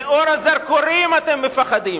מאור הזרקורים אתם מפחדים.